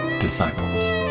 disciples